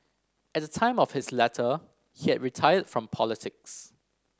at the time of his letter he had retired from politics